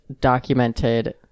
documented